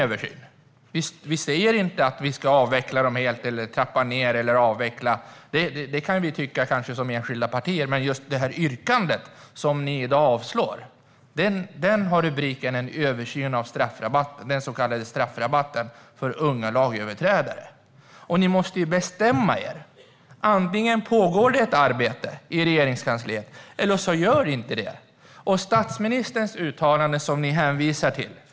Vi skriver inte att straffskalorna ska avvecklas helt eller trappas ned. Det kan vi tycka som enskilda partier, men just förslaget som ni i dag yrkar avslag på handlar om en översyn av den så kallade straffrabatten för unga lagöverträdare. Ni måste bestämma er. Antingen pågår det ett arbete i Regeringskansliet, eller också gör det inte det.